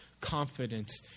confidence